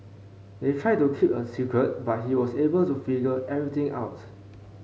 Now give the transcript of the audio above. they tried to keep it a secret but he was able to figure everything out